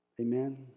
Amen